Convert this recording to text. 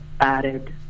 added